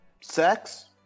sex